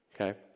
okay